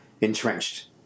entrenched